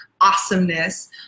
awesomeness